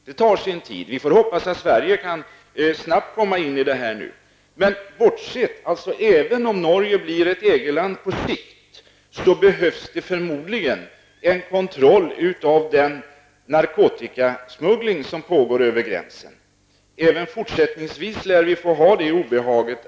Det tar sin tid, och vi får hoppas att Sverige nu snabbt kan komma in i Även om Norge blir ett EG-land på sikt behövs det förmodligen en kontroll med anledning av den narkotikasmuggling över gränsen som pågår. Vi lär även fortsättningsvis få dras med det obehaget.